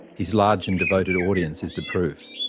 his large and devoted audience is the proof.